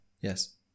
yes